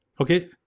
okay